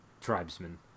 tribesmen